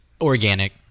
Organic